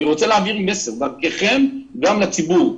אני רוצה להעביר מסר דרככם גם לציבור.